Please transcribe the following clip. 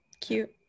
cute